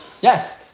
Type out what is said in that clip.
Yes